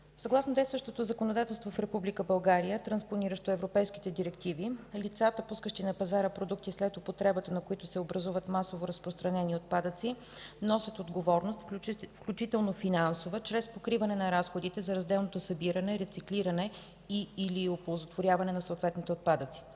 съгласно действащото законодателство в Република България, транспониращо европейските директиви, лицата, пускащи на пазара продукти, след употребата на които се образуват масово разпространени отпадъци, носят отговорност, включително финансово, чрез покриване на разходите за разделното събиране, рециклиране и/или оползотворяване на съответните отпадъци.